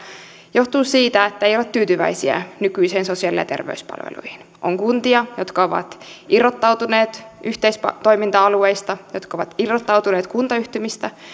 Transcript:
johtuu siitä että ei olla tyytyväisiä nykyisiin sosiaali ja terveyspalveluihin on kuntia jotka ovat irrottautuneet yhteistoiminta alueista jotka ovat irrottautuneet kuntayhtymistä